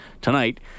tonight